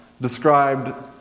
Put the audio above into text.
described